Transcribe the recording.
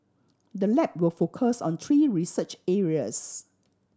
the lab will focus on three research areas